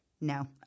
No